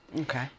Okay